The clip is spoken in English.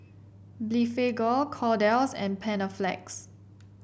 Blephagel Kordel's and Panaflex